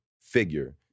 figure